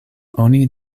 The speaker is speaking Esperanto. oni